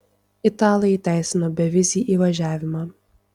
italai įteisino bevizį įvažiavimą